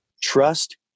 trust